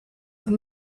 when